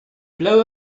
blow